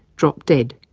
dropped dead.